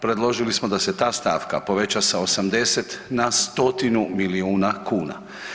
Predložili smo da se ta stavka predloži sa 80 na stotinu milijuna kuna.